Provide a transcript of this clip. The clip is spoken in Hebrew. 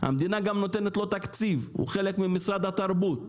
המדינה גם נותנת לו תקציב, הוא חלק ממשרד התרבות.